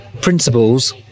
Principles